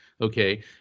okay